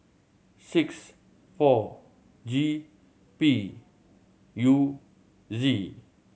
six four G P U Z